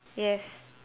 yes